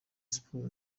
sports